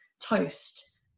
toast